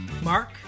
Mark